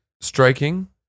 Striking